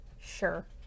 Sure